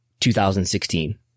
2016